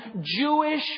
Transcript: Jewish